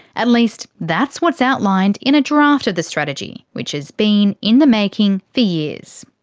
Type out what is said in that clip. at least that's what's outlined in a draft of the strategy, which has been in the making for years.